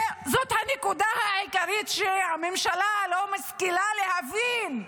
זאת הנקודה העיקרית שהממשלה לא משכילה להבין,